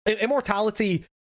immortality